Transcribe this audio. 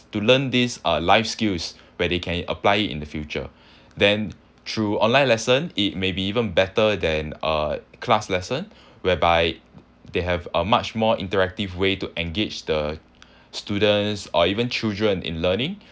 to learn this uh life skills where they can apply it in the future then through online lesson it may be even better than uh class lesson whereby they have a much more interactive way to engage the students or even children in learning